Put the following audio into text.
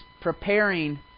preparing